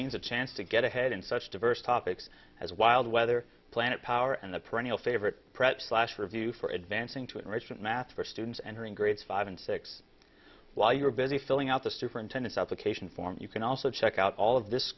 means a chance to get ahead in such diverse topics as wild weather planet power and the perennial favorite pret last review for advancing to enrichment math for students entering grades five and six while you are busy filling out the superintendence out the cation form you can also check out all of this